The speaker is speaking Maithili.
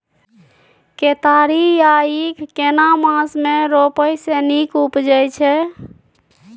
केतारी या ईख केना मास में रोपय से नीक उपजय छै?